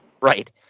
Right